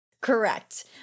Correct